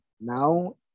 now